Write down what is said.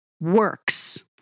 works